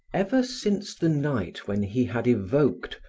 ever since the night when he had evoked,